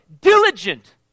diligent